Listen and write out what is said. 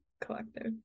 collective